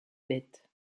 bêtes